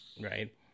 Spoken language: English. right